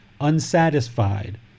unsatisfied